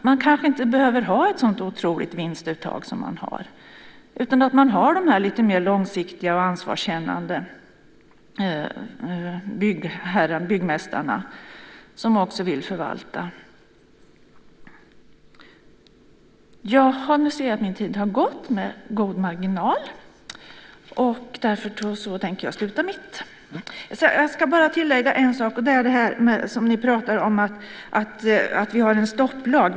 Man kanske inte behöver ha ett sådant otroligt vinstuttag som man har haft. Man har de här lite mer långsiktiga och ansvarskännande byggmästarna som också vill förvalta. Nu ser jag att min talartid har gått ut med god marginal. Jag ska bara tillägga en sak. Ni pratar om att vi har en stopplag.